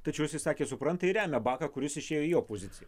tačiau jisai sakė supranta ir remia baką kuris išėjo į opoziciją